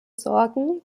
sorgen